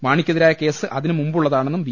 മാണിക്കെതിരായ കേസ് അതിനു മുമ്പുള്ളതാണെന്നും വി